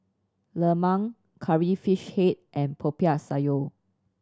lemang Curry Fish Head and Popiah Sayur